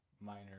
minor